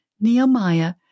Nehemiah